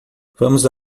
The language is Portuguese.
vamos